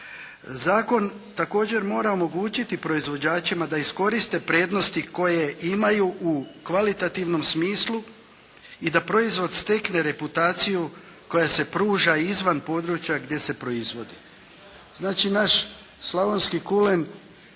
Zakon također mora omogućiti proizvođačima da iskoriste prednosti koje imaju u kvalitativnom smislu i da proizvod stekne reputaciju koja se pruža i izvan područja gdje se proizvodi. Znači naš slavonski kulen,